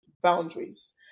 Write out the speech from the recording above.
boundaries